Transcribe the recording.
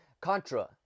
Contra